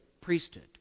priesthood